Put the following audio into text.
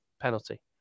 penalty